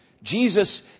Jesus